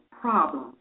problem